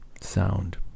sound